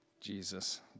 Jesus